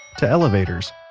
to elevators.